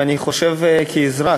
ואני חושב כאזרח,